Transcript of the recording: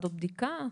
ועדות בדיקה.